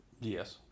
Yes